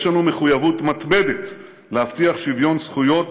יש לנו מחויבות מתמדת להבטיח שוויון זכויות